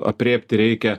aprėpti reikia